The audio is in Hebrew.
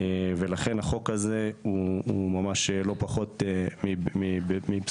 לכן החוק הזה הוא לא פחות מבשורה.